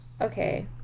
Okay